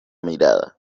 mirada